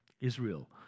Israel